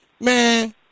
man